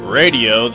radio